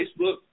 Facebook